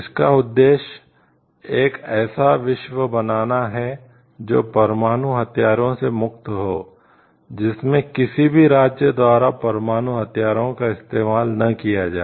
इसका उद्देश्य एक ऐसा विश्व बनाना है जो परमाणु हथियारों से मुक्त हो जिसमें किसी भी राज्य द्वारा परमाणु हथियारों का इस्तेमाल न किया जाए